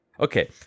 Okay